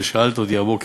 ששאלת אותי לגביו הבוקר: